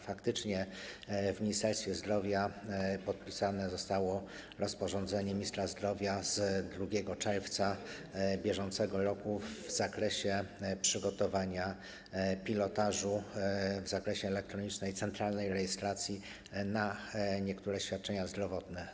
Faktycznie w Ministerstwie Zdrowia podpisane zostało rozporządzenie ministra zdrowia z 2 czerwca br. w zakresie przygotowania pilotażu odnośnie do elektronicznej centralnej rejestracji na niektóre świadczenia zdrowotne.